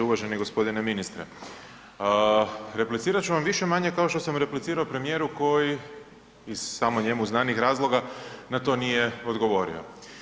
Uvaženi g. ministre, replicirat ću vam više-manje kao što sam replicirao premijeru koji iz samo njemu znanih razloga na to nije odgovorio.